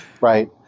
Right